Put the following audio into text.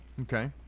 Okay